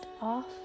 off